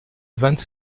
vingt